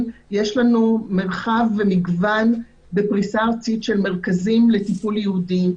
מרחב ומגוון בפריסה ארצית של מרכזים לטיפולים ייעודיים,